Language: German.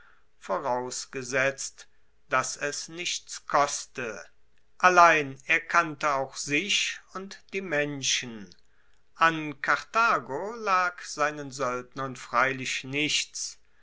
vorausgesetzt dass es nichts koste allein er kannte auch sich und die menschen an karthago lag seinen soeldnern freilich nichts